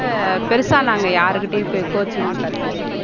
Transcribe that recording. பெருசாக நாங்கள் யாரு கிட்டேயும் போயி கோச்சிங் கத்துக்கல